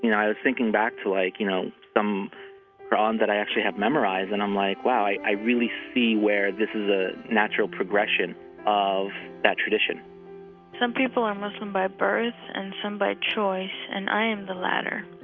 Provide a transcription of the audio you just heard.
and i was thinking back to like, you know, the qur'an that i actually have memorized, and i'm like, wow, i i really see where this is a natural progression of that tradition some people are muslim by birth and some by choice, and i am the latter.